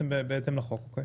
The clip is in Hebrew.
בהתאם לחוק.